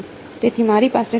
તેથી મારી પાસે શું બાકી છે